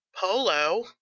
polo